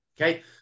okay